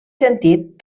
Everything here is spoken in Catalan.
sentit